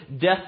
death